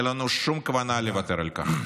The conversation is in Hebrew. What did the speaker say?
אין לנו שום כוונה לוותר על כך.